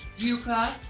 yuca,